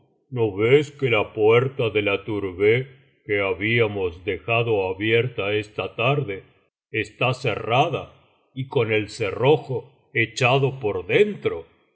no ves que la puerta de la tourbeh que habíamos dejado abierta esta tarde está cerrada y coa el cerrojo echado por dentro